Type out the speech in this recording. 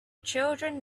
children